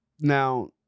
now